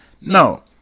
No